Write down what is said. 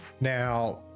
Now